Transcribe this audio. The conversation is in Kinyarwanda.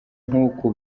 nk’uku